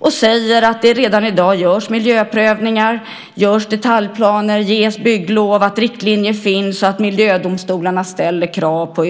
De säger att det redan i dag görs miljöprövningar, görs detaljplaner, ges bygglov, att riktlinjer finns och att miljödomstolarna ställer krav på